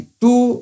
two